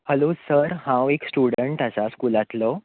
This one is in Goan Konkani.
हॅलो सर हांव एक स्टुडंट आसा स्कुलांतलो